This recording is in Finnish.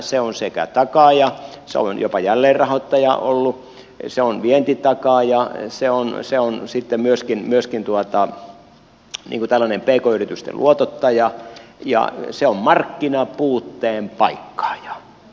se on takaaja se on jopa jälleenrahoittaja ollut se on vientitakaaja se on sitten myöskin tällainen pk yritysten luotottaja ja se on markkinapuutteen paikkaaja